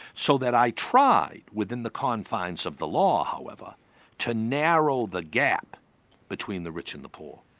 so that i tried within the confines of the law however to narrow the gap between the rich and the poor.